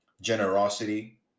generosity